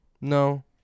No